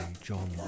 John